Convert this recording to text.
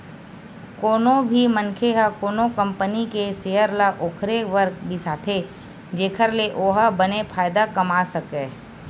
कोनो भी मनखे ह कोनो कंपनी के सेयर ल ओखरे बर बिसाथे जेखर ले ओहा बने फायदा कमा सकय